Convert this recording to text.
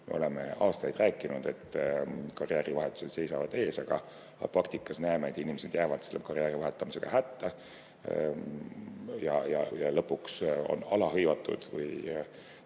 Me oleme aastaid rääkinud, et karjäärivahetused seisavad ees, aga praktikas näeme, et inimesed jäävad karjääri vahetamisega hätta ja lõpuks on alahõivatud või